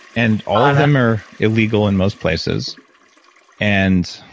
and all of them are illegal in most places and,